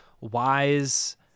wise